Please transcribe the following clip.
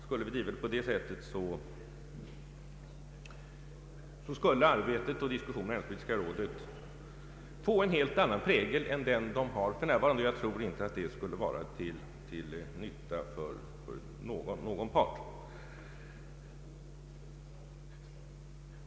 Skulle vi bedriva rådets arbete på det sättet skulle dis kussionerna där få en helt annan prägel än de har för närvarande, och jag tror inte att det skulle vara till nytta för någon part.